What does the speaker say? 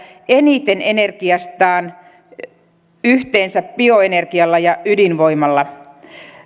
eniten energiastaan yhteensä bioenergialla ja ydinvoimalla